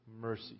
mercy